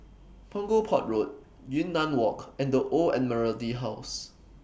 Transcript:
Punggol Port Road Yunnan Walk and The Old Admiralty House